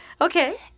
Okay